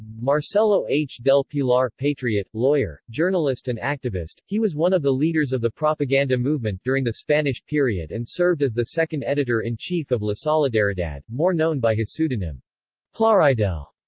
marcelo h. del pilar patriot, lawyer, journalist and activist, he was one of the leaders of the propaganda movement during the spanish period and served as the second editor-in-chief of la solidaridad more known by his pseudonym plaridel,